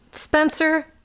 Spencer